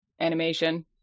animation